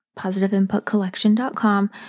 PositiveInputCollection.com